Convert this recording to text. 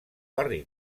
barri